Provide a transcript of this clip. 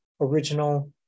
original